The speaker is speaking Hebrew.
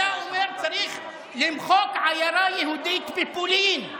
היה אומר: צריך למחוק עיירה יהודית בפולין.